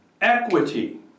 equity